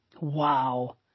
Wow